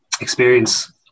experience